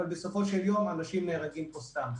אבל בסופו של יום אנשים נהרגים פה סתם.